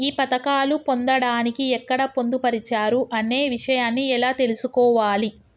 ఈ పథకాలు పొందడానికి ఎక్కడ పొందుపరిచారు అనే విషయాన్ని ఎలా తెలుసుకోవాలి?